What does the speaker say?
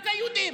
רק היהודים,